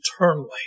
eternally